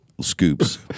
scoops